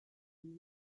new